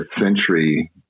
century